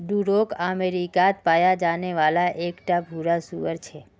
Duroc अमेरिकात पाया जाने वाला एक टा भूरा सूअर छे